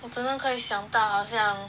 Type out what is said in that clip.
我真的可以想到好像